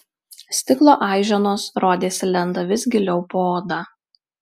stiklo aiženos rodėsi lenda vis giliau po oda